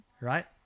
Right